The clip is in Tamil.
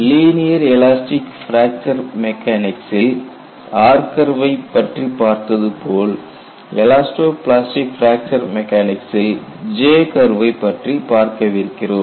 லீனியர் எலாஸ்டிக் பிராக்சர் மெக்கானிக்சி ல் R கர்வை பற்றி பார்த்ததுபோல் எலாஸ்டோ பிளாஸ்டிக் பிராக்சர் மெக்கானிக்சில் J கர்வை பற்றி பார்க்கவிருக்கிறோம்